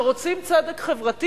שרוצים צדק חברתי,